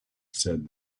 said